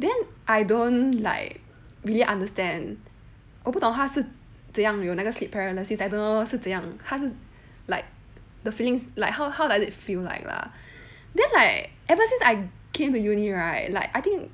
then I don't like really understand 我不懂他是怎样有那个 sleep paralysis I don't know 是怎样还是 like the feelings like how how does it feel like lah then like ever since I came to uni right like I think